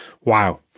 Wow